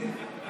אנא.